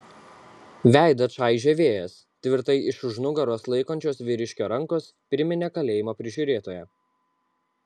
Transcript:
veidą čaižė vėjas tvirtai iš už nugaros laikančios vyriškio rankos priminė kalėjimo prižiūrėtoją